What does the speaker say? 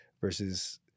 versus